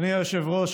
אדוני היושב-ראש,